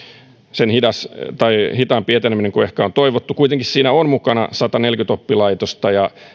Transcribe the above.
sen hitaampi eteneminen kuin ehkä on toivottu kuitenkin siinä on mukana sataneljäkymmentä oppilaitosta ja